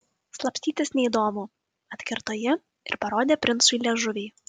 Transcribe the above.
slapstytis neįdomu atkirto ji ir parodė princui liežuvį